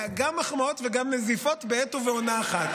גם מחמאות וגם נזיפות בעת ובעונה אחת,